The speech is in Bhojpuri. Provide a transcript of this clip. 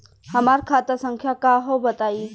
हमार खाता संख्या का हव बताई?